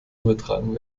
übertragen